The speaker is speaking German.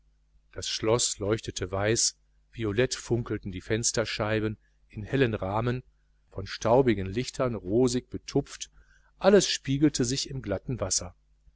das schloß leuchtete weiß violett funkelten die fensterscheiben in hellen rahmen von staubigen lichtern rosig betupft alles spiegelte sich im glatten wasser